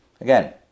Again